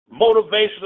motivational